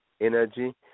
energy